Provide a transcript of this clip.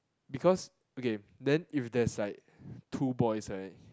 because okay then if there is like two boys right